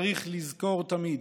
צריך תמיד